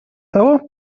того